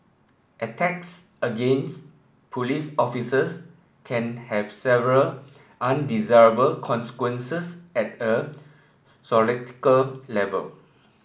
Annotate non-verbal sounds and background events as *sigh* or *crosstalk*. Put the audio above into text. attacks against police officers can have several undesirable consequences at a *unintelligible* level